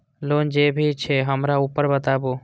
Loan जे भी छे हमरा ऊपर बताबू?